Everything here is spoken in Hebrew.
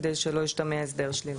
כדי שלא ישתמע הסדר שלילי.